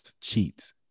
cheat